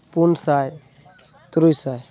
ᱯᱩᱱ ᱥᱟᱭ ᱛᱩᱨᱩᱭ ᱥᱟᱭ